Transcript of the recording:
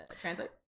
Translate